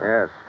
Yes